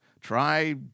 try